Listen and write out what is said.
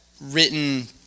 written